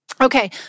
Okay